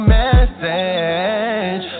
message